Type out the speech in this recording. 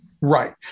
Right